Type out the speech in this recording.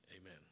Amen